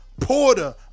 Porter